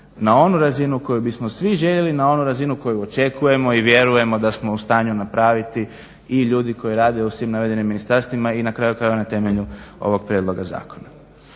na onu razinu koju bismo svi željeli, na onu razinu koju očekujemo i vjerujemo da smo u stanju napraviti i ljudi koji rade u svim navedenim ministarstvima i na kraju krajeva na temelju ovog prijedloga zakona.